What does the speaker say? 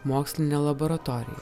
mokslinę laboratoriją